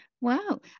Wow